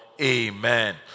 Amen